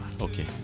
Okay